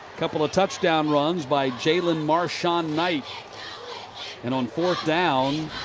couple of touchdown runs by jaylen marson-knight. and on fourth down.